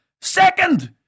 Second